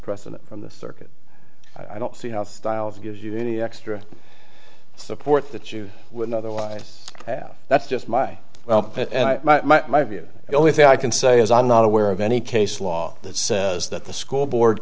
precedent from the circuit i don't see how style gives you any extra support that you would otherwise have that's just my well my view the only thing i can say is i'm not aware of any case law that says that the school board